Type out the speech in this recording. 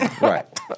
Right